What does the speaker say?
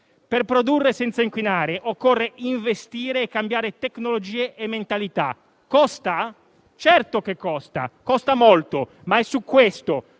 Per produrre senza inquinare occorre investire e cambiare tecnologie e mentalità. Certamente costa molto, ma è su questo,